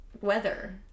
weather